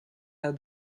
had